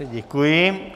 Děkuji.